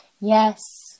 Yes